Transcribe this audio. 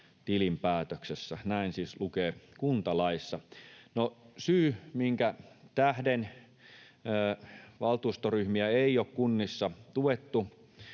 tilinpäätöksessä.” Näin siis lukee kuntalaissa. No syy, minkä tähden valtuustoryhmiä ei ole kunnissa tuettu,